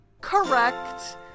correct